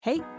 Hey